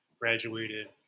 graduated